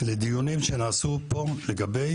לדיונים שנעשו פה לגבי